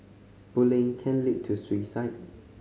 bullying can lead to suicide